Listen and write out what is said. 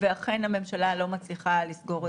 ואכן הממשלה לא מצליחה לסגור את זה.